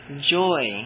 joy